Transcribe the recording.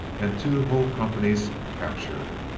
and two whole companies captured.